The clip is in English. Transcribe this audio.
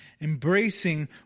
Embracing